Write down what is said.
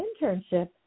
internship